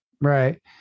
right